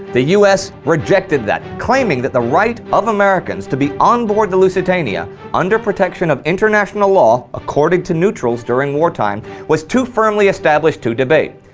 the us rejected that, claiming that the right of americans to be on board the lusitania under protection of international law accorded to neutrals during wartime was too firmly established to debate.